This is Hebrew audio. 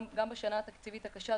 גם בשנה התקציבית הקשה,